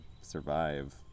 survive